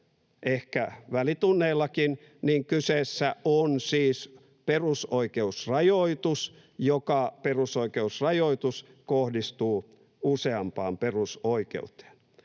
ehkä välitunneillakin, niin kyseessä on siis perusoikeusrajoitus, joka kohdistuu useampaan perusoikeuteen.